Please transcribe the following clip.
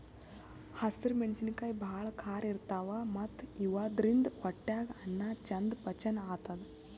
ಹಸ್ರ್ ಮೆಣಸಿನಕಾಯಿ ಭಾಳ್ ಖಾರ ಇರ್ತವ್ ಮತ್ತ್ ಇವಾದ್ರಿನ್ದ ಹೊಟ್ಯಾಗ್ ಅನ್ನಾ ಚಂದ್ ಪಚನ್ ಆತದ್